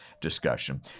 discussion